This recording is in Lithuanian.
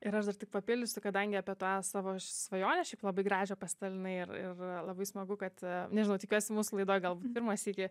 ir aš dar tik papildysiu kadangi apie tą savo svajonę šiaip labai gražią pasidalinai ir ir labai smagu kad nežinau tikiuosi mūsų laidoj galbūt pirmą sykį